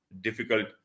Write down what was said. difficult